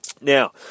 Now